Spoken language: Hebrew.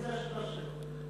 מי זה השותף שלו?